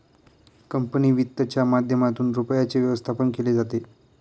company वित्तच्या माध्यमातूनही रुपयाचे व्यवस्थापन केले जाते